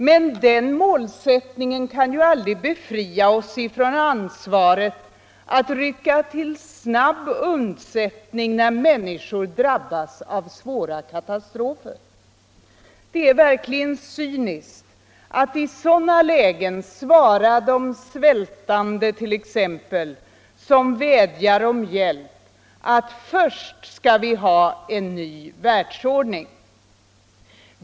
Men den målsättningen kan ju aldrig befria oss från ansvaret att rycka till snabb undsättning när människor drabbas av svåra katastrofer. Det är verkligen cyniskt att i sådana lägen t.ex. svara de svältande, som vädjar om hjälp, att först skall vi ha en ny världsordning.